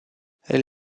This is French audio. elle